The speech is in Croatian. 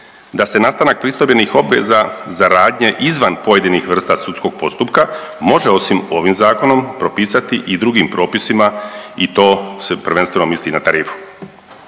da se nastanak pristojbenih obveza za radnje izvan pojedinih vrsta sudskog postupka može osim ovim zakonom propisati i drugim propisima i to se prvenstveno misli na tarifu.